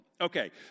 okay